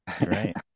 right